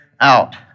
out